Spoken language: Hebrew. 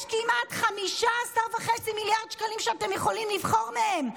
יש כמעט 15.5 מיליארד שקלים שאתם יכולים לבחור מהם.